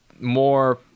more